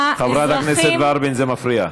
חברת הכנסת ורבין, זה מפריע.